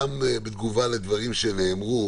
גם בתגובה לדברים שנאמרו,